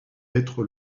être